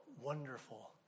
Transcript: wonderful